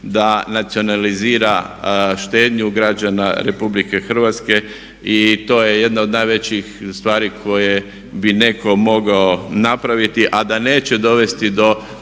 da nacionalizira štednju građana Republike Hrvatske i to je jedna od najvećih stvari koje bi netko mogao napraviti a da neće dovesti do